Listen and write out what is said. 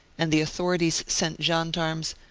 and the authorities sent gendarmes,